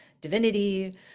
divinity